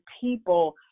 people